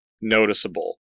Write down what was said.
noticeable